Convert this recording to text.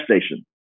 station